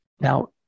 Now